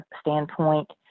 standpoint